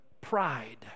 pride